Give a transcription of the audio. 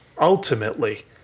ultimately